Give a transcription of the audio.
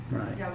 right